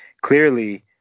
Clearly